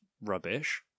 rubbish